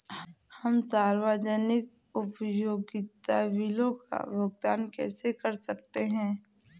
हम सार्वजनिक उपयोगिता बिलों का भुगतान कैसे कर सकते हैं?